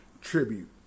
tribute